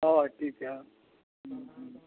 ᱦᱳᱭ ᱴᱷᱤᱠᱼᱟ ᱦᱮᱸ ᱦᱮᱸ